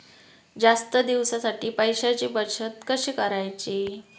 जास्त दिवसांसाठी पैशांची बचत कशी करायची?